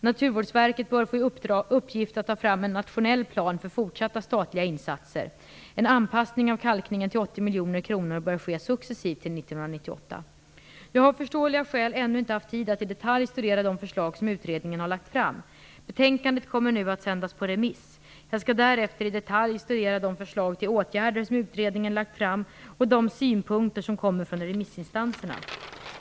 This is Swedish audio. Naturvårdsverket bör få i uppgift att ta fram en nationell plan för fortsatta statliga insatser. En anpassning av kalkningen till 80 miljoner kronor bör ske successivt till 1998. Jag har av förståeliga skäl inte ännu haft tid att i detalj studera de förslag som utredningen har lagt fram. Betänkandet kommer nu att sändas på remiss. Jag skall därefter i detalj studera de förslag till åtgärder som utredningen lagt fram och de synpunkter som kommer från remissinstanserna.